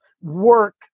work